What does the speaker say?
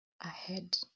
ahead